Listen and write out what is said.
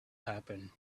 happen